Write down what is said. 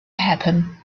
happen